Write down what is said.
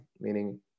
meaning